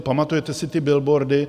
Pamatujete si ty billboardy?